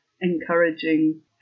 encouraging